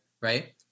right